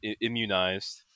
immunized